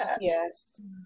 Yes